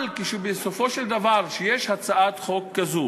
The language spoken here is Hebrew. אבל כשבסופו של דבר יש הצעת חוק כזאת